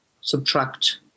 subtract